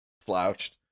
Slouched